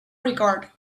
regard